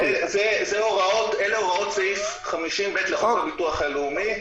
אלה הוראות סעיף 50ב לחוק הביטוח הלאומי,